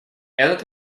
этот